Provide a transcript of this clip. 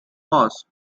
pause